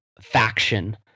faction